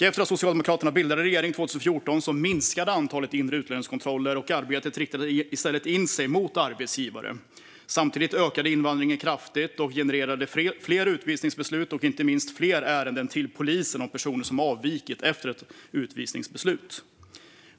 Efter att Socialdemokraterna bildade regering 2014 minskade antalet inre utlänningskontroller, och arbetet riktades i stället in mot arbetsgivare. Samtidigt ökade invandringen kraftigt och genererade fler utvisningsbeslut och inte minst fler ärenden till polisen om personer som avvikit efter ett utvisningsbeslut.